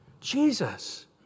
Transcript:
Jesus